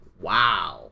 wow